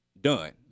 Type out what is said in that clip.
done